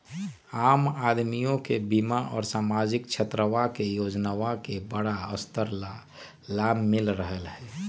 आम अदमीया के बीमा और सामाजिक क्षेत्रवा के योजनावन के बड़ा स्तर पर लाभ मिल रहले है